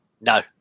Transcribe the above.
no